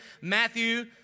Matthew